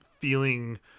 feeling